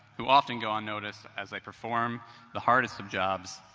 who often go unnoticed as they perform the hardest of jobs,